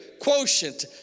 quotient